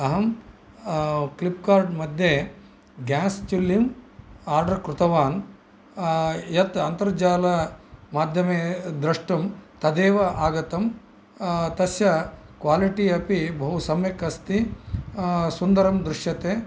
अहं क्लिप्कार्ट् मध्ये ग्यास् च्चुलीं आर्डर् कृतवान् यत् अन्तर्जालमाध्यमे दृष्टं तदेव आगतं तस्य क्वालिटी अपि बहु सम्यक् अस्ति सुन्दरं दृश्यते